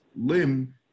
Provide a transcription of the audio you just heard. limb